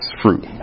fruit